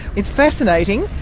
it's fascinating,